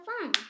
fun